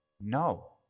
No